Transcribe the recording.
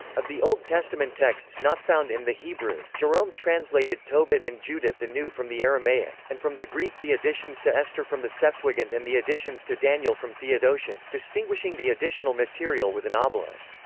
of the old testament texts not found in the hebrew, jerome translated tobit and judith anew from the aramaic, and from the greek the additions to esther from the septuagint and the additions to daniel from theodotion, distinguishing the additional material with an ah obelus.